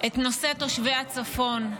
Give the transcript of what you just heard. את נושא תושבי הצפון,